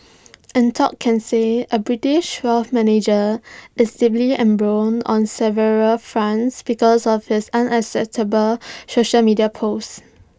Anton Casey A British wealth manager is deeply embroiled on several fronts because of his unacceptable social media posts